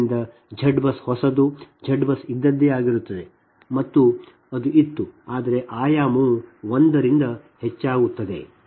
ಆದ್ದರಿಂದ Z bus ಹೊಸದು Z BUS ಇದ್ದದ್ದೇ ಆಗಿರುತ್ತದೆ ಮತ್ತು ಅದು ಇತ್ತು ಆದರೆ ಆಯಾಮವು ಒಂದರಿಂದ ಹೆಚ್ಚಾಗುತ್ತದೆ